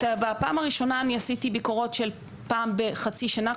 בפעם הראשונה אני עשיתי ביקורות של פעם בחצי שנה,